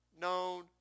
known